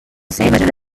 seggiola